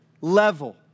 level